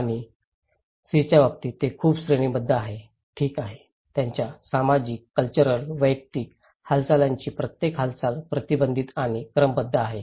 आणि C च्या बाबतीत जे खूप श्रेणीबद्ध आहे ठीक आहे त्यांच्या सामाजिक कॅल्चरल वैयक्तिक हालचालींची प्रत्येक हालचाल प्रतिबंधित आणि क्रमबद्ध आहे